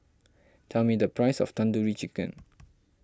tell me the price of Tandoori Chicken